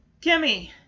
Kimmy